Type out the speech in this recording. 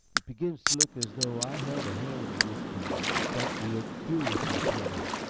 it begins to look as though i held a hand in this game. dunk wheeled furiously upon him.